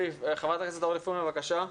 חברת הכנסת אורלי פרומן, בבקשה.